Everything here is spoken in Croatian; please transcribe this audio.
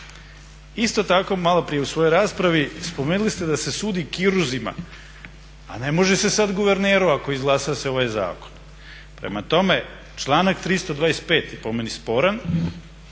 Isto tako malo prije u svojoj raspravi spomenuli ste da se sudi kirurzima. A ne može se sad guverneru ako izglasa se ovaj zakon? Prema tome, članak 325. po meni sporan,